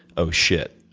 oh, shit,